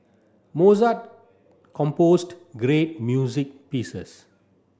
Mozart composed great music pieces